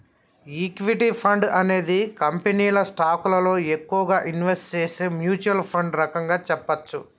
equity fund అనేది కంపెనీల స్టాకులలో ఎక్కువగా ఇన్వెస్ట్ చేసే మ్యూచ్వల్ ఫండ్ రకంగా చెప్పచ్చు